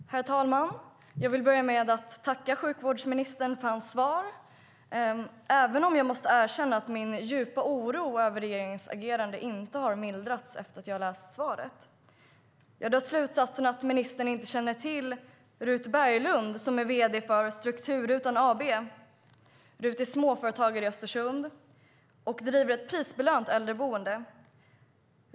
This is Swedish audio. Jag drar slutsatsen att ministern inte känner till Ruth Berglund som är vd för Strukturrutan AB. Ruth är småföretagare i Östersund och driver ett prisbelönt äldreboende.